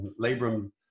Labrum